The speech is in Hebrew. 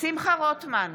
שמחה רוטמן,